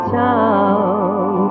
town